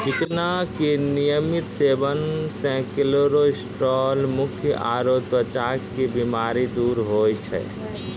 चिकना के नियमित सेवन से कोलेस्ट्रॉल, मुत्र आरो त्वचा के बीमारी दूर होय छै